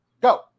Go